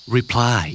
Reply